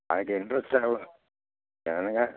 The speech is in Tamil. அதுக்கு இன்ட்ரஸ்ட் எவ்வளோ ஏனுங்க